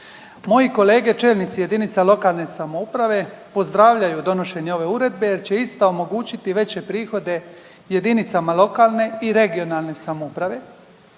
Moji kolege čelnici jedinice lokalne samouprave pozdravljaju donošenje ove uredbe jer će ista omogućiti veće prihode jedinicama lokalne i regionalne samouprave,